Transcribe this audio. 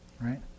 right